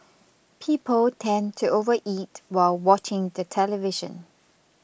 people tend to overeat while watching the television